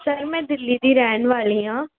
sir ਮੈਂ ਦਿੱਲੀ ਦੀ ਰਹਿਣ ਵਾਲੀ ਹਾਂ